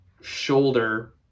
shoulder